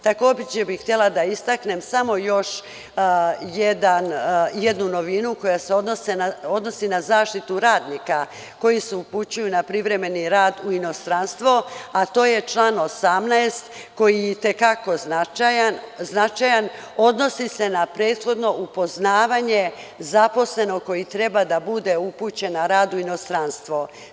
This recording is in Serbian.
Takođe bi htela da istaknem samo još jednu novinu koja se odnosi na zaštitu radnika koji se upućuju na privremeni rad u inostranstvo, a to je član 18. koji je i te kako značajan, odnosi se na prethodno upoznavanje zaposlenog koji treba da bude upućen na rad u inostranstvo.